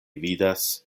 vidas